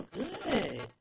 good